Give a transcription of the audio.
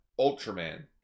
Ultraman